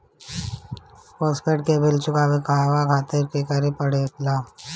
Postpaid के bill चुकावे के कहवा खातिर का करे के पड़ें ला?